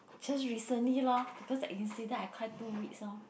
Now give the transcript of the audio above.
just recently lor because that incident I cry two weeks lor